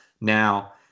now